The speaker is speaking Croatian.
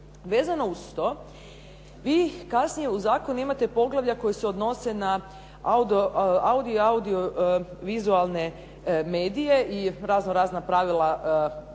Vezano uz to, vi kasnije u zakonu imate poglavlja koja se odnose na audio i audio-vizualne medije i raznorazna pravila uz to